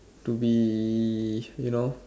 to be you know